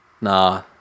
Nah